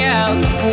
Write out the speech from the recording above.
else